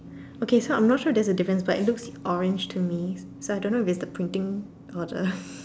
okay so I'm not sure there's a difference but it looks orange to me so I don't know if it's the printing or the